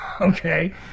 okay